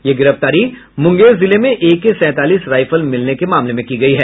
यह गिरफ्तारी मुंगेर जिले में एके सैंतालीस राइफल मिलने के मामले में की गयी है